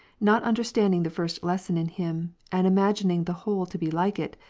not understanding the first lesson in him, and imagin ing the whole to be like it,